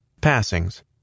Passings